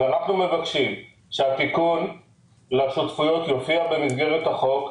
אנחנו מבקשים שהתיקון לשותפויות יופיע במסגרת החוק,